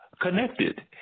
connected